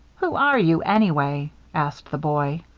who are you, anyway? asked the boy.